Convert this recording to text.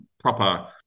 proper